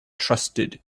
trusted